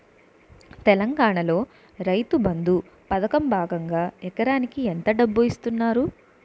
తెలంగాణలో రైతుబంధు పథకం భాగంగా ఎకరానికి ఎంత డబ్బు ఇస్తున్నారు?